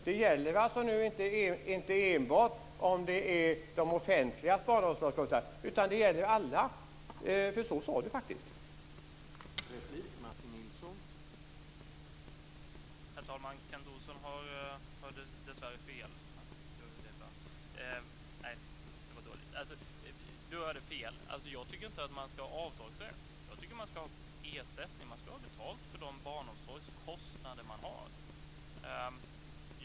Det gäller alltså inte enbart de offentliga barnomsorgskostnaderna utan alla. Sade Martin Nilsson det?